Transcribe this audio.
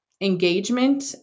engagement